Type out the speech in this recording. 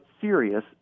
serious